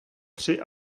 tři